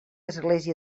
església